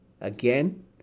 again